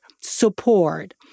support